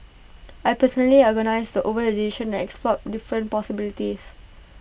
I personally agonised over the decision and explored different possibilities